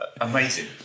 Amazing